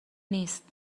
نیست